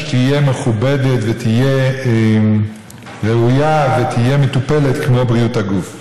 תהיה מכובדת ותהיה ראויה ותהיה מטופלת כמו בריאות הגוף.